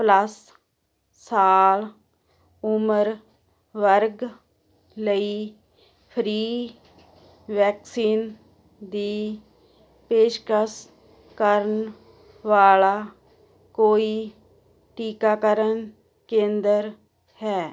plus ਸਾਲ ਉਮਰ ਵਰਗ ਲਈ ਫਰੀ ਵੈਕਸੀਨ ਦੀ ਪੇਸ਼ਕਸ ਕਰਨ ਵਾਲਾ ਕੋਈ ਟੀਕਾਕਰਨ ਕੇਂਦਰ ਹੈ